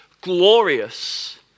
glorious